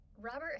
Robert